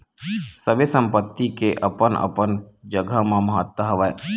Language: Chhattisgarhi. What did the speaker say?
सबे संपत्ति के अपन अपन जघा म महत्ता हवय